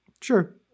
Sure